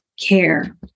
care